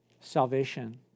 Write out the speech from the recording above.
salvation